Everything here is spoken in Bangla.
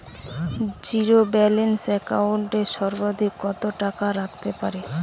জীরো ব্যালান্স একাউন্ট এ সর্বাধিক কত টাকা রাখতে পারি?